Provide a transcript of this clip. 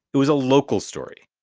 it was a local story.